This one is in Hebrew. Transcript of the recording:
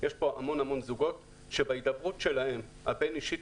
הוא שיש פה המון המון זוגות שבהידברות הבין אישית שלהם